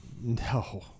No